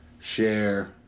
share